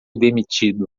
demitido